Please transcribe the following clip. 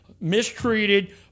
mistreated